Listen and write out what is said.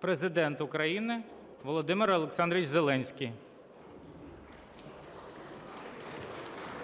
Президент України Володимир Олександрович Зеленський.